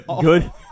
Good